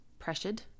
pressured